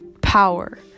power